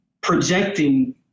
projecting